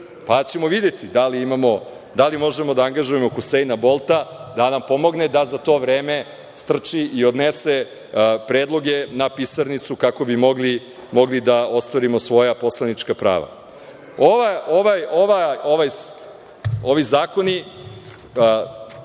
pa ćemo videti da li možemo da angažujemo Huseina Bolta da nam pomogne da za to vreme strči o odnese predloge na pisarnicu kako bi mogli da ostvarimo svoja poslanička prava. Ovi zakoni